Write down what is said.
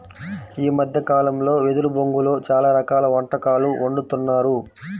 ఈ మద్దె కాలంలో వెదురు బొంగులో చాలా రకాల వంటకాలు వండుతున్నారు